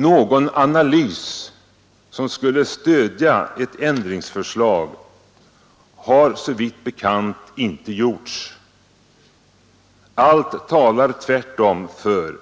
Någon analys som skulle stödja ett ändringsförslag har såvitt bekant inte gjorts. Allt talar tvärtom för